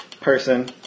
person